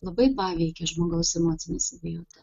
labai paveikė žmogaus emocinę savijautą